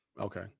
Okay